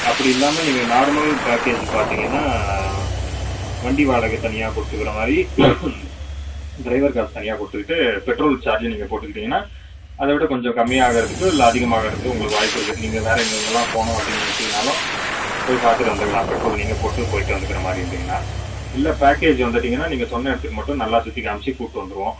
அப்படி இல்லாமல் நீங்கள் நார்மல் பேக்கேஜ் பார்த்திங்கனா வண்டி வாடகை தனியாக கொடுத்துக்குற மாதிரி ட்ரைவர் காசு தனியாக கொடுத்துகிட்டு பெட்ரோல் சார்ஜ் நீங்கள் போட்டுகிட்டிங்கனா அதைவிட கொஞ்சம் கம்மியாக ஆகிறதுக்கு இல்லை அதிகமாக ஆகிறதுக்கோ உங்களுக்கு வாய்ப்பு இருக்குது நீங்கள் வேறு எங்கெங்கெல்லாம் போகணும் அப்படினு நெனைச்சிங்கனாலும் போய் பார்த்துட்டு வந்துக்கலாம் பெட்ரோல் நீங்கள் போட்டு போய்ட்டு வந்துக்கிற மாதிரி இருந்தீங்கனா இல்லை பேக்கேஜ் வந்துட்டீங்கனா நீங்கள் சொன்ன இடத்துக்கு மட்டும் நல்லா சுற்றி காம்மிச்சு கூட்டு வந்துடுவோம்